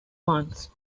months